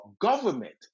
government